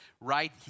right